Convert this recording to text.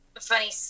funny